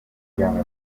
chiave